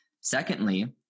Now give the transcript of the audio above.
Secondly